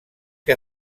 que